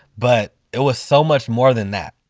but it was so much more than that